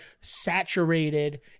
saturated